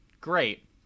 Great